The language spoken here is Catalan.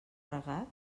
regat